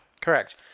correct